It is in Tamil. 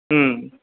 ம்